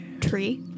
tree